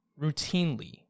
routinely